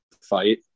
fight